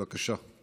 בבקשה.